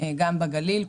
גם בגליל,